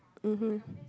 mmhmm